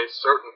certain